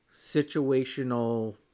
situational